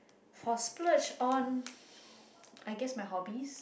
for splurge on I guessed my hobbies